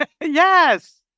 Yes